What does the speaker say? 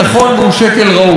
אני בעד זה.